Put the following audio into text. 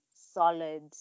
solid